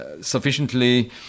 sufficiently